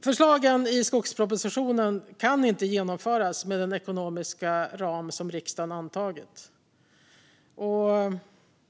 Förslagen i skogspropositionen kan inte genomföras med den ekonomiska ram som riksdagen antagit.